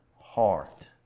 heart